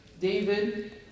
David